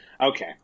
Okay